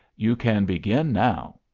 you can begin now.